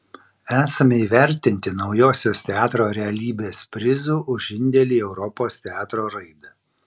esame įvertinti naujosios teatro realybės prizu už indėlį į europos teatro raidą